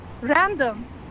random